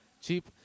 Cheap